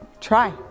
Try